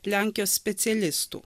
lenkijos specialistų